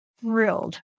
thrilled